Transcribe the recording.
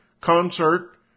concert